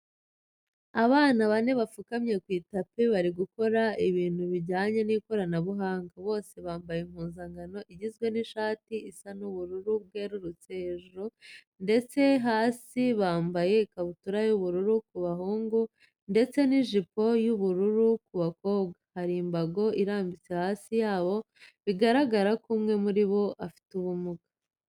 Abana bane bapfukamye ku itapi bari gukora ibintu bijyanye n'ikoranabuhanga, bose bamabye impuzankano igizwe n'ishati isa ubururu bwerurutse hejuru ndetse hasi bambaye ikabutura y'ubururu ku muhungu ndetse n'ijipo y'ubururu ku bakobwa. Hari imbago irambitse hafi yabo bigaragaza ko umwe muri bo afite ubumuga.